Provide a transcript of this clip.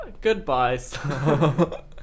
goodbye